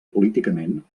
políticament